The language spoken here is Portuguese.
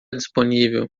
disponível